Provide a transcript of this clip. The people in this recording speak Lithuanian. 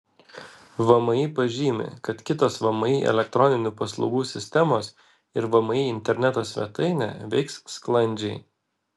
vmi pažymi kad kitos vmi elektroninių paslaugų sistemos ir vmi interneto svetainė veiks sklandžiai